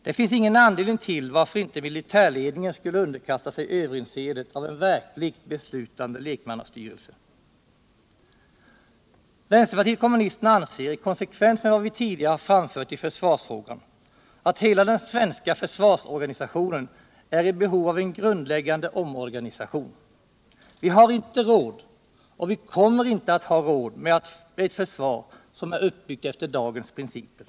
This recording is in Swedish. Det finns ingen anledning till varför inte militärledningen skulle underkasta sig överinse Vänsterpartiet kommunisterna anser i konsekvens med vad vi tidigare har Torsdagen den framfört i försvarsfrågan, att hela den svenska försvarsorganisationen är i 16 mars 1978 behov av en grundläggande omorganisation. Vi har inte råd, och vi kommer inte att ha råd, med ett försvar som är uppbyggt efter dagens principer.